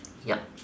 ya